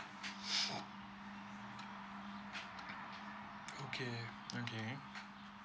okay okay